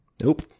nope